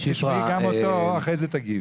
את תשמעי גם אותו, ואחרי זה תגיבי.